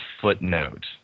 footnote